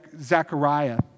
Zechariah